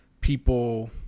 people